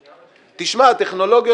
תשמע,